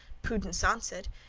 prudence answered,